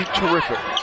terrific